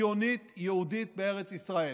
הציונית-יהודית בארץ ישראל.